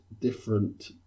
different